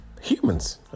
humans